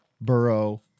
Burrow